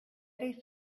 they